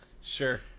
Sure